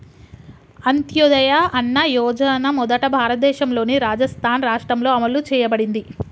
అంత్యోదయ అన్న యోజన మొదట భారతదేశంలోని రాజస్థాన్ రాష్ట్రంలో అమలు చేయబడింది